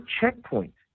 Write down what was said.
checkpoint